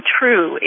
true